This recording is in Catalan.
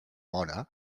hora